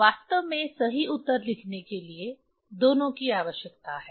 वास्तव में हमें सही उत्तर लिखने के लिए दोनों की आवश्यकता है